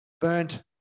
burnt